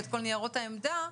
ואת כל ניירות העמדה,